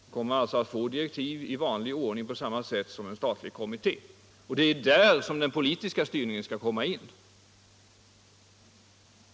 Den skall alltså få direktiv 1 vanlig ordning precis som en statlig kommitté. Och det är där den politiska styrningen kommer in.